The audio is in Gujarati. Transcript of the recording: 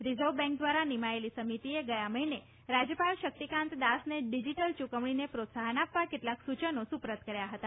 રિઝર્વ બેંક દ્વારા નિમાયેલી સમીતીએ ગયા મહિને રાજ્યપાલ શક્તિકાંત દાસને ડીઝીટલ ચૂકવણીને પ્રોત્સાહન આપવા કેટલાક સૂચનો સુપરત કર્યા હતા